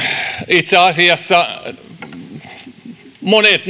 itse asiassa monet